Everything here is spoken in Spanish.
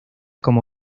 como